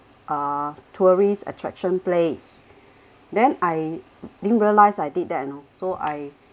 uh tourist attraction place then I didn't realise I did that you know so I